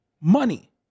Money